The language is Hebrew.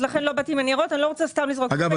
אני לא רוצה סתם לזרוק --- אגב,